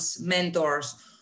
mentors